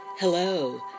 Hello